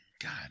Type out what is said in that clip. God